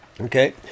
okay